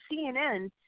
CNN